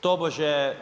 tobože